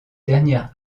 dernier